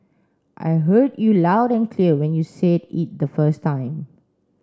I heard you loud and clear when you said it the first time